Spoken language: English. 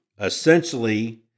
essentially